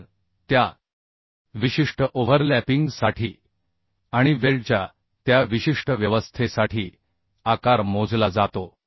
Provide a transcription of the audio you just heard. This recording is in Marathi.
तर त्या विशिष्ट ओव्हरलॅपिंग साठी आणि वेल्डच्या त्या विशिष्ट व्यवस्थेसाठी आकार मोजला जातो